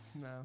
No